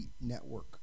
network